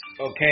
okay